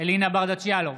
אלינה ברדץ' יאלוב,